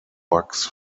bucks